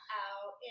out